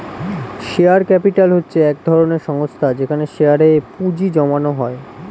share capital হচ্ছে এক ধরনের সংস্থা যেখানে শেয়ারে এ পুঁজি জমানো হয়